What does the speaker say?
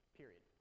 period